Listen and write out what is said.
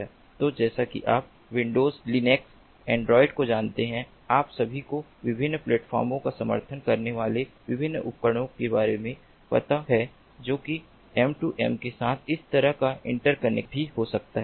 तो जैसे कि आप विंडोज लिनक्स एंड्रॉइड को जानते हैं आप सभी को विभिन्न प्लेटफार्मों का समर्थन करने वाले विभिन्न उपकरणों के बारे में पता है जो कि M2M के साथ इस तरह का इंटरकनेक्ट भी हो सकता है